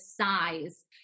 size